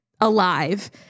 alive